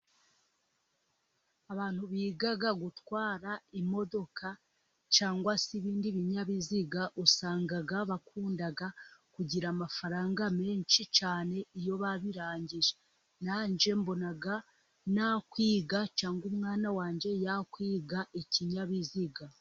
Abantu biga gutwara imodoka cyangwa se ibindi binyabiziga usanga bakunda kugira amafaranga menshi cyane iyo babirangije. Nanjye mbona nakwiga cyangwa umwana wanjye yakwiga ikinyabiziga.